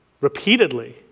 repeatedly